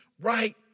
right